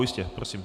Jistě, prosím.